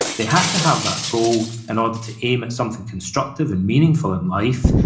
they have to have that goal in order to aim at something constructive and meaningful in life,